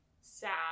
sad